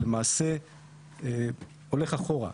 למעשה הולך אחורה,